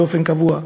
באופן קבוע,